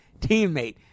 teammate